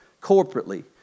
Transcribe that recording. corporately